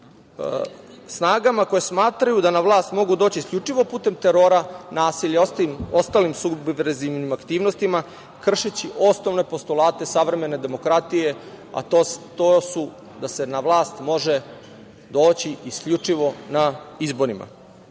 snagama koje smatraju da na vlast mogu doći isključivo putem terora, nasilja i ostalim subverzivnim aktivnostima, kršeći osnovne postulate savremene demokratije, a to su da se na vlast može doći isključivo na izborima.